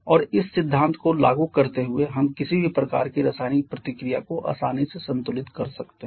और इस सिद्धांत को लागू करते हुए हम किसी भी प्रकार की रासायनिक प्रतिक्रिया को आसानी से संतुलित कर सकते हैं